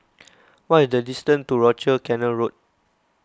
what is the distance to Rochor Canal Road